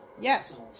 Yes